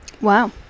Wow